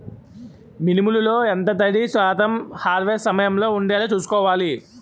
మినుములు లో ఎంత తడి శాతం హార్వెస్ట్ సమయంలో వుండేలా చుస్కోవాలి?